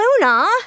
Luna